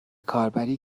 کاربری